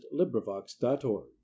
LibriVox.org